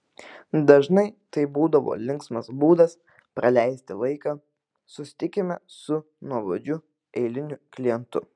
dažnai tai būdavo linksmas būdas praleisti laiką susitikime su nuobodžiu eiliniu klientu